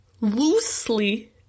loosely